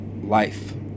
life